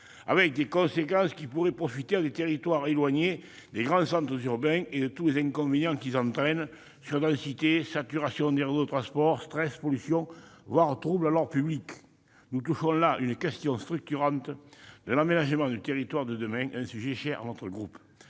avec des conséquences qui pourraient profiter à des territoires éloignés des grands centres urbains et de tous les inconvénients qu'ils entraînent- surdensité, saturation des réseaux de transport, stress, pollution, voire troubles à l'ordre public ... Nous touchons là à une question structurante de l'aménagement du territoire de demain, un sujet cher à notre groupe.